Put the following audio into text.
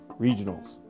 regionals